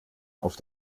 auf